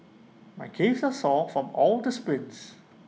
my caves are sore from all the sprints